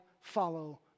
follow